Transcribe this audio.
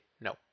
no